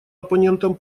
оппонентом